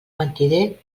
mentider